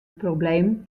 probleem